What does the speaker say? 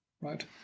Right